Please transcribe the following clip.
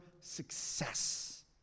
success